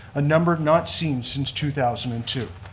a number not seen since two thousand and two.